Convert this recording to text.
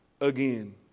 again